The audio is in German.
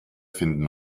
finden